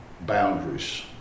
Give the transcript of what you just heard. boundaries